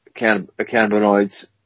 cannabinoids